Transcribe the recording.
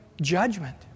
judgment